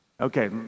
Okay